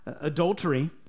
adultery